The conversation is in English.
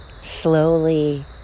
slowly